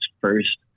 first